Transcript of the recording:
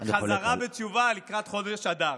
חזרה בתשובה לקראת חודש אדר.